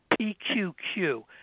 PQQ